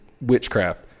witchcraft